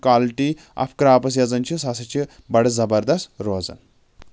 of crops یۄس زن چھِ سۄ ہسا چھِ بڑٕ زَبرداست روزان